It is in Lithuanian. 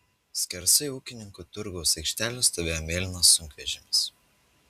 skersai ūkininkų turgaus aikštelės stovėjo mėlynas sunkvežimis